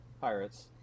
Pirates